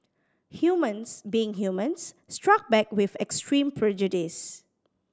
humans being humans struck back with extreme prejudice